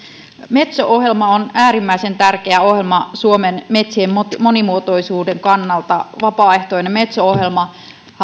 metso ohjelma on äärimmäisen tärkeä ohjelma suomen metsien monimuotoisuuden kannalta vapaaehtoinen metso ohjelmahan